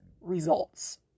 results